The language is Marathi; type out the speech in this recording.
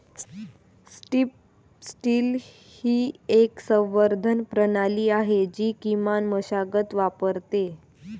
स्ट्रीप टिल ही एक संवर्धन प्रणाली आहे जी किमान मशागत वापरते